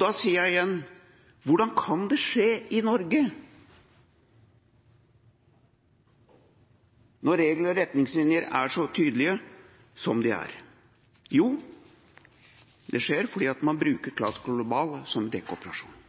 Da sier jeg igjen: Hvordan kan det skje i Norge, når regler og retningslinjer er så tydelige som de er? Jo, det skjer fordi man bruker CAS Global som dekkoperasjon